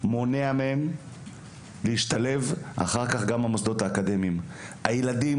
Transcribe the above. יש לנו תוכנית שכזו באוניברסיטת אריאל,